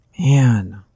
Man